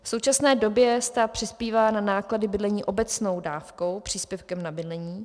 V současné době stát přispívá na náklady bydlení obecnou dávkou, příspěvkem na bydlení.